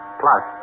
plus